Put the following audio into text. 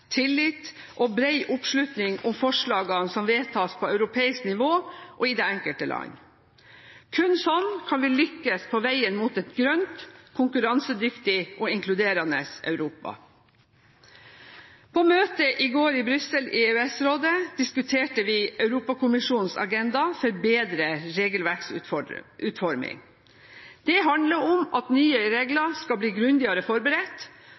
tillit og bred oppslutning om forslagene som vedtas på europeisk nivå og i det enkelte land. Kun sånn kan vi lykkes på veien mot et grønt, konkurransedyktig og inkluderende Europa. På møtet i går i Brussel i EØS-rådet diskuterte vi Europakommisjonens agenda for bedre regelverksutforming. Det handler om at nye regler skal bli grundigere forberedt,